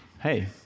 Hey